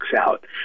out